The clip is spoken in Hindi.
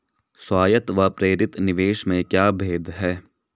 स्वायत्त व प्रेरित निवेश में क्या भेद है?